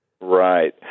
Right